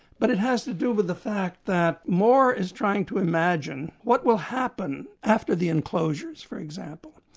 but it has to do with the fact that more is trying to imagine what will happen after the enclosures for example.